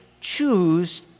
choose